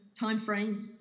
timeframes